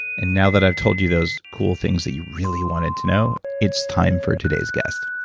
and now that i've told you those cool things that you really wanted to know, it's time for today's guest.